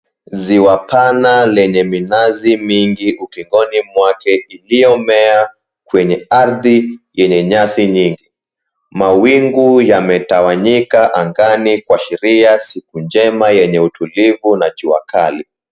Ziwa pana lenye minazi mingi ukingoni mwake iliyomea kwenye ardhi yenye nyasi nyingi, mawingu yametawanyika angani kuashiria siku njema yenye utulivu na jua kali.